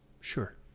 sure